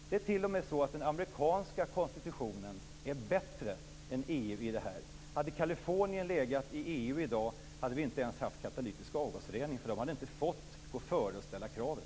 Det är t.o.m. så att den amerikanska konstitutionen är bättre än EU på det här. Om Kalifornien hade legat i EU i dag hade vi inte ens haft katalytisk avgasrening, därför att de hade inte fått gå före och ställa kravet.